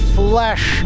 flesh